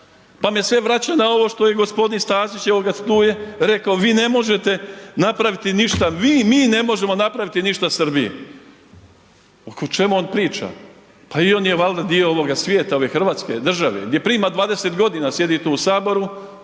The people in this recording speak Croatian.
pa me sve vraća na ovo što je g. Stazić, evo ga tu je rekao vi ne možete napraviti, mi ne možemo napraviti ništa Srbiji. O čemu on priča? Pa i on je valjda dio ovog svijeta, ove hrvatske države, gdje prima 20 g., sjedi tu u Saboru